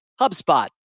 HubSpot